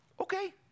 okay